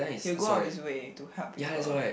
he will go out of his way to help people